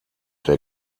der